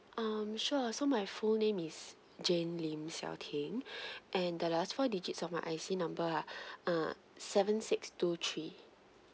um sure so my full name is jane lim xiao ting and the last four digits of my I_C number ah uh seven six two three